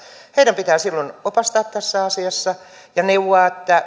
heidän pitää silloin opastaa tässä asiassa ja neuvoa